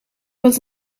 was